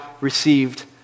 received